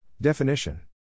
Definition